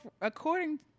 according